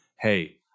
Hey